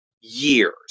years